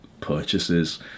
purchases